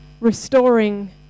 restoring